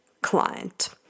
client